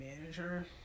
manager